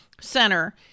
center